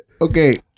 Okay